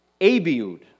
Abiud